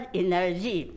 energy